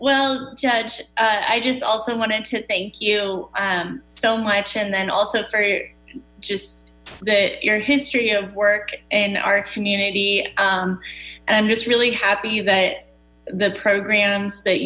well judge i just also wanted to thank you so much and then also for just that your history of work in our community and i'm just really happy that the programs that